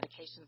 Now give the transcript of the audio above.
medications